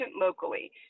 locally